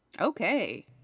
okay